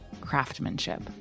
craftsmanship